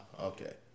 okay